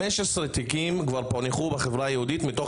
15 תיקים כבר פוענחו בחברה היהודית מתוך